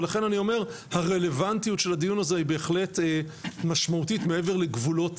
ולכן אני אומר הרלוונטיות של הדיון הזה היא בהחלט משמעותית מעבר לגבולות